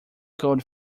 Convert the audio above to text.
cold